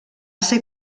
ser